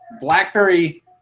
BlackBerry